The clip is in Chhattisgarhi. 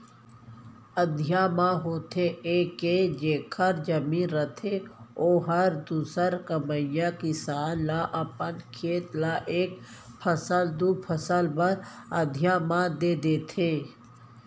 अधिया म होथे ये के जेखर जमीन रथे ओहर दूसर कमइया किसान ल अपन खेत ल एक फसल, दू फसल बर अधिया म दे देथे